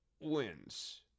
wins